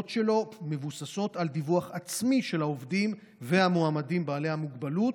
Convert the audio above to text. שלו מבוססים על דיווח עצמי של העובדים והמועמדים בעלי המוגבלות,